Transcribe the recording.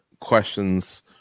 questions